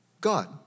God